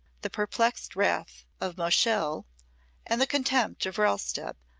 the perplexed wrath of moscheles and the contempt of rellstab,